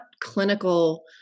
clinical